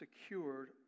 secured